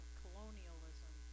colonialism